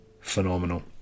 phenomenal